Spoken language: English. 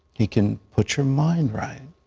he can put your mind right.